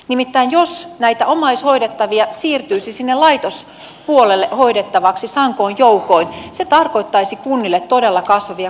nimittäin jos näitä omaishoidettavia siirtyisi sinne laitospuolelle hoidettavaksi sankoin joukoin se tarkoittaisi kunnille todella kasvavia kustannuksia